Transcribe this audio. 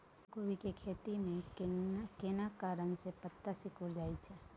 फूलकोबी के खेती में केना कारण से पत्ता सिकुरल जाईत छै?